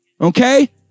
Okay